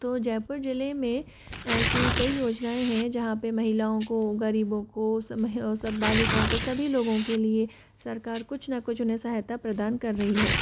तो जयपुर जिले में ऐसी कई योजनाएं हैं जहाँ पे महिलाओं को गरीबों को सब बालिकाओं को सभी लोगों के लिए सरकार कुछ ना कुछ उन्हें सहायता प्रदान कर रही हैं